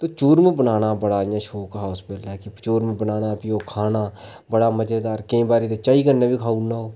ते चूरम बनाना बड़ा शौक हा उस बेल्लै क्योकि ओह् चूरम बनाना भी ओह् खाना बड़ा मजेदार केईं बारी चाही कन्नै खाई ओड़ना ओह्